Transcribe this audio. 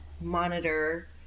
monitor